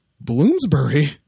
Bloomsbury